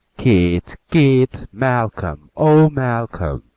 keith! keith! malcolm! oh, malcolm!